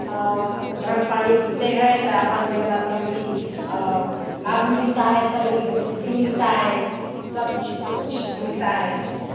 गर्म पानी पीते हैं तो आपन जोन बा तोन कि लाभ मिलता है शरीर के फुर्ती मिलता है सब कुछ मिलता है